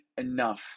enough